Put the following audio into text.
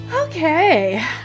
Okay